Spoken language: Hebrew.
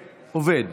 עובד.